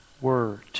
word